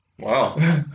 wow